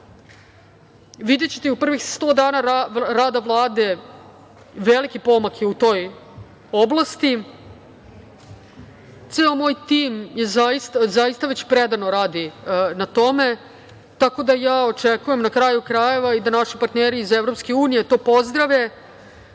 videćete u prvih 100 dana rada Vlade velike pomake u toj oblasti. Ceo moj tim već zaista predano radi na tome, tako da ja očekujem na kraju krajeva i da naši partneri iz EU to pozdrave